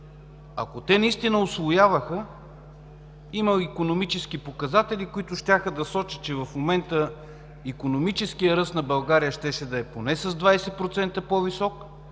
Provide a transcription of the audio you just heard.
Ако те наистина усвояваха, има икономически показатели, които щяха да сочат, че в момента икономическият ръст на България щеше да е поне с 20% по-висок,